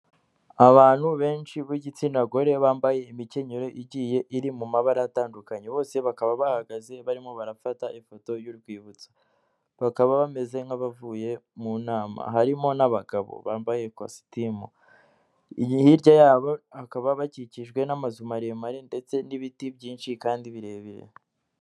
Abantu benshi b'igitsina gore bambaye imikenyero igiye iri mu mabara atandukanye bose bakaba bahagaze barimo barafata ifoto y'urwibutso bakaba bameze nk'abavuye mu nama harimo n'abagabo bambaye ikositimu iyi hirya yabo ikaba bakikijwe n'amazu maremare ndetse n'ibiti byinshi kandi birebire.